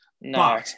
No